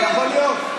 זה התרבות של המדינה?